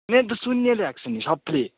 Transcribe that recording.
मेरो त शून्य ल्याएको छ नि सबैले